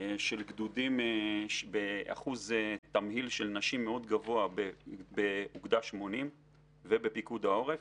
של גדודים בתמהיל של נשים באחוז גבוה מאוד באוגדה 80 ובפיקוד העורף.